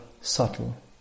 subtle